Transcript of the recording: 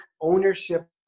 ownership